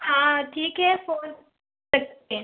हाँ ठीक है फ़ोन रखते हैं